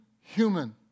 human